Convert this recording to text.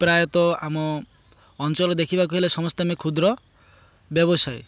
ପ୍ରାୟତଃ ଆମ ଅଞ୍ଚଳରେ ଦେଖିବାକୁ ହେଲେ ସମସ୍ତେ ଆମେ କ୍ଷୁଦ୍ର ବ୍ୟବସାୟୀ